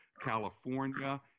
california